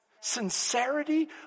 sincerity